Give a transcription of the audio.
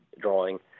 drawing